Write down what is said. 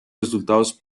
resultados